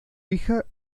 hija